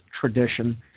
tradition